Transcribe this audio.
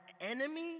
enemy